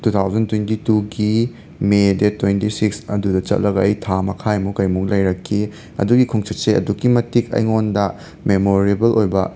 two thousand twenty ꯇꯨꯒꯤ May date twenty six ꯑꯗꯨꯗ ꯆꯠꯂꯒ ꯑꯩ ꯊꯥ ꯃꯈꯥꯏꯃꯨꯛ ꯀꯩꯃꯨꯛ ꯂꯩꯔꯛꯈꯤ ꯑꯗꯨꯒꯤ ꯈꯣꯡꯆꯠꯁꯦ ꯑꯗꯨꯛꯀꯤ ꯃꯇꯤꯛ ꯑꯩꯉꯣꯟꯗ ꯃꯦꯃꯣꯔꯦꯕꯜ ꯑꯣꯏꯕ